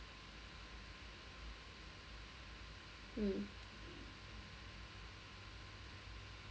mm